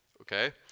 okay